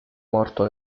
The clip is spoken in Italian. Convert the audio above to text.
morto